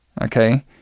Okay